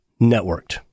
networked